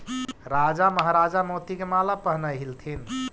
राजा महाराजा मोती के माला पहनऽ ह्ल्थिन